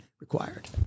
required